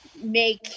make